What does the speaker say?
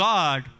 God